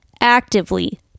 actively